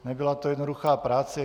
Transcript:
Nebyla to jednoduchá práce.